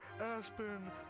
Aspen